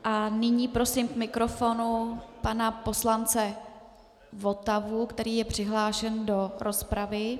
A nyní prosím k mikrofonu pana poslance Votavu, který je přihlášen do rozpravy.